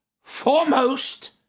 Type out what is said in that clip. foremost